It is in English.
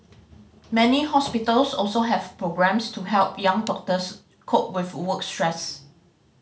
many hospitals also have programmes to help young doctors cope with work stress